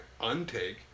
untake